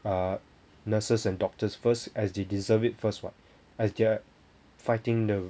uh nurses and doctors first as they deserve it first [what] as they are fighting the